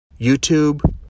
YouTube